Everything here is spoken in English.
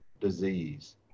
disease